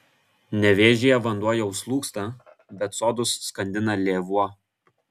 nevėžyje vanduo jau slūgsta bet sodus skandina lėvuo